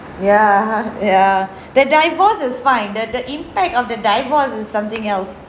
ya ya that divorce is fine the the impact of the divorce is something else